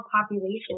population